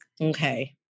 okay